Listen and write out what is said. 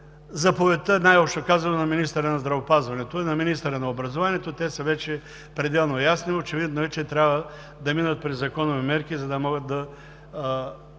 заповедта, най-общо казано, на министъра на здравеопазването и на министъра на образованието. Те са вече пределно ясни. Очевидно е, че трябва да минат през законови мерки, за да могат да